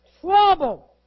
Trouble